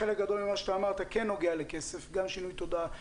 חלק גדול ממה שאתה אמרת כן נוגע לכסף גם שינוי תודעה,